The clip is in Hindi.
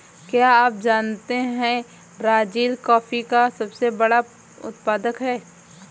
क्या आप जानते है ब्राज़ील कॉफ़ी का सबसे बड़ा उत्पादक है